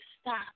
stop